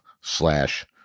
slash